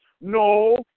No